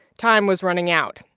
time was running out.